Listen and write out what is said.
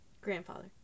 grandfather